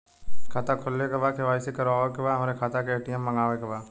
खाता खोले के बा के.वाइ.सी करावे के बा हमरे खाता के ए.टी.एम मगावे के बा?